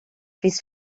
his